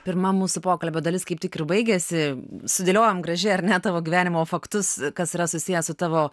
pirma mūsų pokalbio dalis kaip tik ir baigėsi sudėliojom gražiai ar ne tavo gyvenimo faktus kas yra susiję su tavo